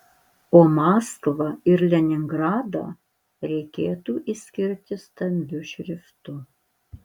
o maskvą ir leningradą reikėtų išskirti stambiu šriftu